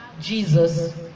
Jesus